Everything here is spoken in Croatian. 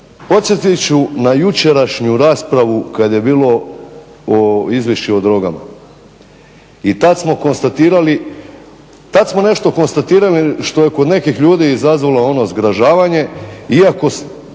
podsjetit ću na jučerašnju raspravu kad je bilo o izvješću o drogama i tad smo konstatirali, tad smo nešto konstatirali što je kod nekih ljudi izazvalo ono zgražavanje iako